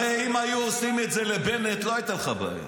הרי אם היו עושים את זה לבנט לא הייתה לך בעיה.